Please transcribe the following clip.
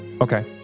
okay